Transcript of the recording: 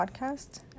podcast